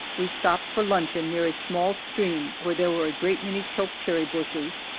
we stopped for luncheon near a small stream where there were a great many choke-cherry bushes,